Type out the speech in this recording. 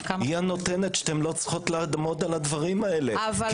-- היא הנותנת שאתם לא צריכות לעמוד על הדברים הללו כי